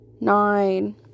Nine